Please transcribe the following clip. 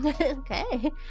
Okay